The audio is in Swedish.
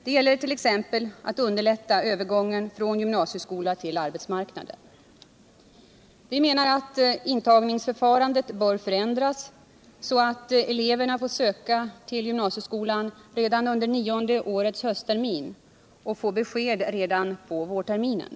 Det gäller t.ex. att underlätta övergången från gymnasieskolan till arbetsmarknaden. Vi menar att intagningsförfarandet bör förändras så att eleverna får söka till gymnasieskolan under det nionde årets hösttermin och få besked redan på vårterminen.